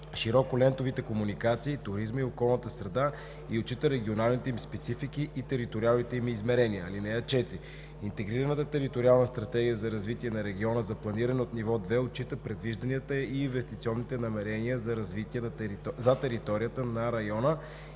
широколентовите комуникации, туризма и околната среда и отчита регионалните им специфики и териториалните им измерения. (4) Интегрираната териториална стратегия за развитие на региона за планиране от ниво 2 отчита предвижданията и инвестиционните намерения за развитие за територията на района